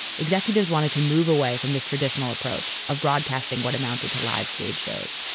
executives wanted to move away from this traditional approach of broadcasting what amounted to live stage shows.